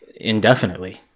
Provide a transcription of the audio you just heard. Indefinitely